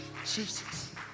Jesus